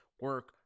Work